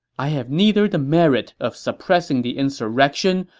i have neither the merit of suppressing the insurrection,